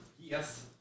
Yes